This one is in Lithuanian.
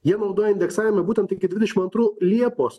jie naudoja indeksavimą būtent iki dvidešim antrų liepos